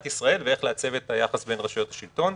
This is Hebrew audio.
ישראל ואיך לעצב את היחס בין רשויות השלטון.